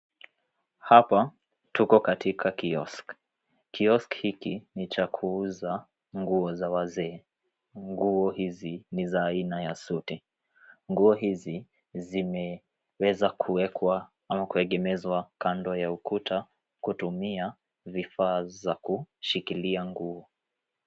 Hapa tuko katika kioski. Kioski hiki cha kuuza nguo za wazee. Nguo hizi ni za aina ya suti. Nguo hizi zimeweza kuwekwa ama kuengemezwa kando ya ukuta kutumia vifaa za kushikilia nguo.